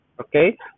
Okay